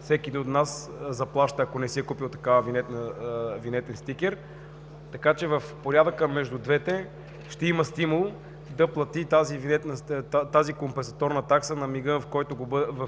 всеки един от нас заплаща, ако не си е купил такъв винетен стикер. Така че в порядъка между двете ще има стимул да плати и тази компенсаторна такса на мига, в